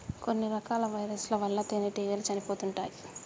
కొన్ని రకాల వైరస్ ల వల్ల తేనెటీగలు చనిపోతుంటాయ్